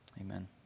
Amen